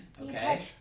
Okay